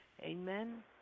Amen